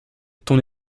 ton